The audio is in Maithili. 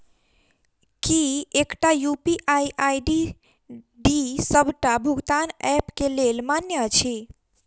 की एकटा यु.पी.आई आई.डी डी सबटा भुगतान ऐप केँ लेल मान्य अछि?